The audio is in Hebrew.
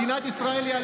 מדינת ישראל היא,